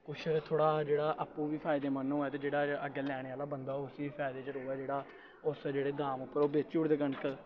कुछ थोह्ड़ा जेह्ड़ा आपूं बी फायदेमंद होऐ ते जेह्ड़ा अग्गें लैने आह्ला बंदा उसी फायदे च रवै जेह्ड़ा उस जेह्ड़े दाम उप्पर ओह् बेची ओड़दे कनक